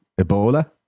Ebola